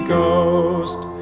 Ghost